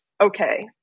okay